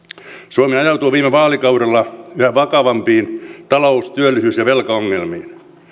suomi ajautui viime vaalikaudella yhä vakavampiin talous työttömyys ja velkaongelmiin